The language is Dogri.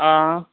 आं